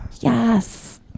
Yes